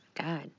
God